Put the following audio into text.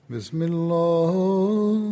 Bismillah